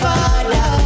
Father